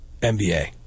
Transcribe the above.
NBA